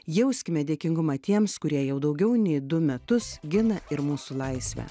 jauskime dėkingumą tiems kurie jau daugiau nei du metus gina ir mūsų laisvę